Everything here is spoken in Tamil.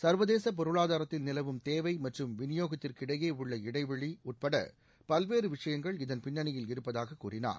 சர்வதேச பொருளாதாரத்தில் நிலவும் தேவை மற்றும் விநியோகத்திற்கு இடையே உள்ள இடைவெளி உட்பட பல்வேறு விஷயங்கள் இதன் பின்னணியில் இருப்பதாக கூறினார்